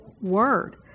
word